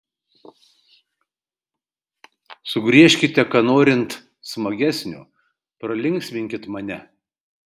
sugriežkite ką norint smagesnio pralinksminkit mane